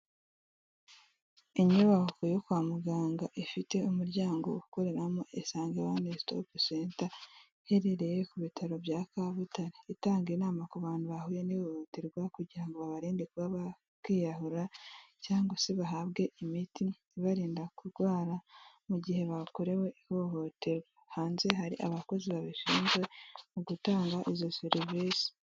Inyubako yo kwa muganga ifite umuryango ukoreramo Isange one stop center, iherereye ku bitaro bya Kabutare, itanga inama ku bantu bahuye n'ihohoterwa kugira babarinde kuba bakwiyahura cyangwa se bahabwe imiti ibarinda kurwara mu gihe bakorewe ihohoterwa. Hanze hari abakozi babishinzwe mu gutanga izo serivisi.